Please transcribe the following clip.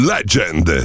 Legend